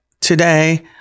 today